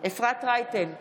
אפרת רייטן מרום,